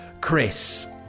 chris